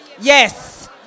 Yes